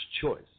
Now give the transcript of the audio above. Choice